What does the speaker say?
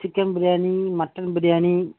chicken biryani mutton biryani